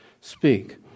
speak